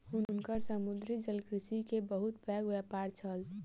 हुनकर समुद्री जलकृषि के बहुत पैघ व्यापार छल